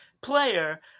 player